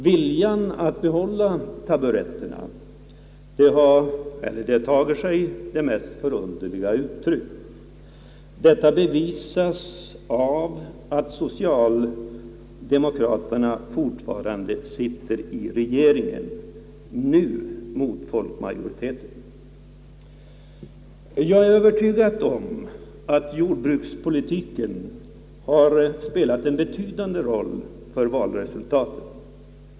Viljan att behålla taburetterna tar sig de mest förunderliga uttryck. Detta bevisas av att socialdemokraterna fortfarande sitter i regeringen — nu mot en folkmajoritet. Jag är övertygad om att jordbrukspolitiken har spelat en betydande roll för valresultatet.